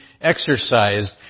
exercised